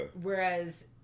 Whereas